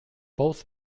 both